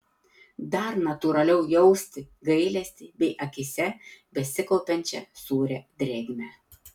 dar natūraliau jausti gailestį bei akyse besikaupiančią sūrią drėgmę